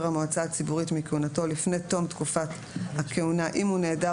המועצה הציבורית מכהונתו לפני תום תקופת הכהונה אם הוא נעדר